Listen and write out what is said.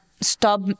stop